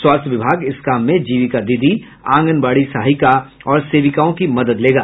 स्वास्थ्य विभाग इस काम में जीविका दीदी आंगनबाड़ी सहायिका और सेविकाओं की मदद लेगा